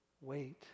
wait